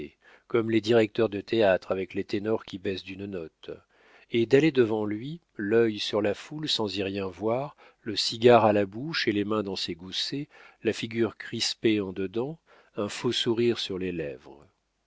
comme les directeurs de théâtre avec les ténors qui baissent d'une note et d'aller devant lui l'œil sur la foule sans y rien voir le cigare à la bouche et les mains dans ses goussets la figure crispée en dedans un faux sourire sur les lèvres